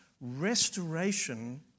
restoration